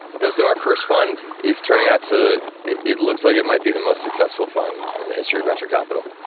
no, so our first fund is turning out to it it looks like it might be the most successful fund in the history of venture capital.